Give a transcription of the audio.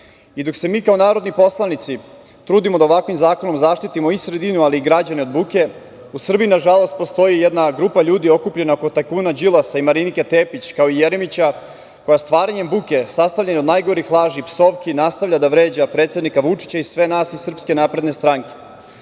ljudi. Dok se mi kao narodni poslanici trudimo da ovakvim zakonom zaštitimo i sredinu ali i građane od buke, u Srbiji nažalost postoji jedna grupa ljudi okupljena oko tajkuna Đilasa i Marinike Tepić kao i Jeremića koja stvaranjem buke sastavljena od najgorih laži i psovki, nastavlja da vređa predsednika Vučića i sve nas iz SNS-Kada su